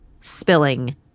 spilling